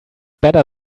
better